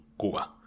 Cuba